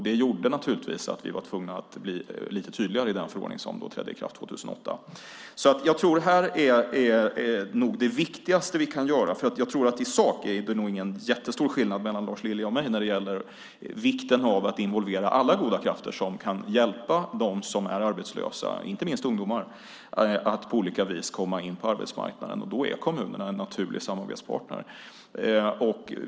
Det gjorde naturligtvis att vi var tvungna att bli lite tydligare i den förordning som trädde i kraft 2008. Det här är nog det viktigaste vi kan göra. I sak tror jag inte att det är någon jättestor skillnad mellan Lars Lilja och mig när det gäller vikten av att involvera alla goda krafter som kan hjälpa dem som är arbetslösa, inte minst ungdomar, att på olika vis komma in på arbetsmarknaden. Då är kommunerna en naturlig samarbetspartner.